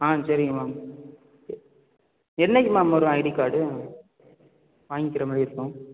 ஆ சரிங்க மேம் என்றைக்கு மேம் வரும் ஐடி கார்ட் வாங்கிக்கிற மாதிரி இருக்கும்